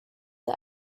the